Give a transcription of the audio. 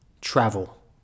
travel